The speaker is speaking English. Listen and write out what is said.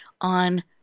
on